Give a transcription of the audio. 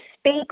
speak